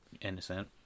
innocent